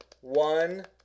one